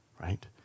Right